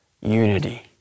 unity